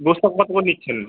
বস্তা কত করে দিচ্ছেন